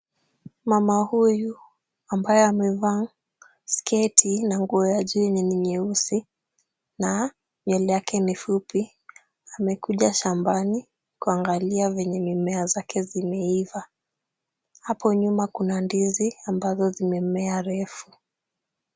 Mama huyu ambaye amevaa sketi na nguo ya juu yenye ni nyeusi na nywele yake ni fupi, amekuja shambani kuangalia venye mimea zake zimeiva. Hapo nyuma Kuna ndizi ambazo zimemea refu.